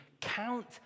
count